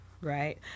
right